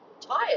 tired